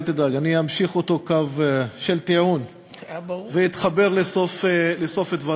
אל תדאג אני אמשיך את אותו קו של טיעון ואתחבר לסוף דבריך.